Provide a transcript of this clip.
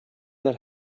that